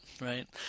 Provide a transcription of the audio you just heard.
right